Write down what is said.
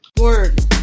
word